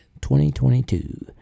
2022